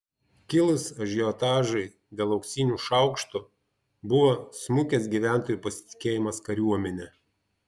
kilus ažiotažui dėl auksinių šaukštų buvo smukęs gyventojų pasitikėjimas kariuomene